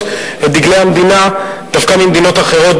את דגלי המדינה דווקא ממדינות אחרות,